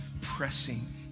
pressing